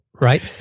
Right